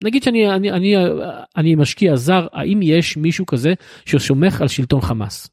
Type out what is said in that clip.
נגיד שאני אני אני משקיע זר האם יש מישהו כזה שסומך על שלטון חמאס.